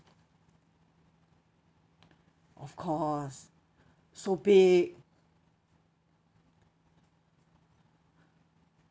of course so big